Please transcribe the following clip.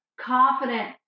confident